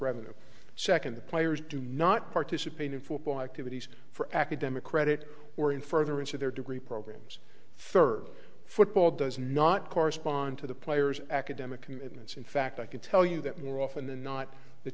revenue second the players do not participate in football activities for academic credit or in furtherance of their degree programs third football does not correspond to the players academic commitments in fact i can tell you that more often than not the